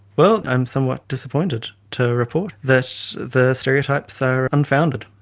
well, i am somewhat disappointed to report that the stereotypes are unfounded.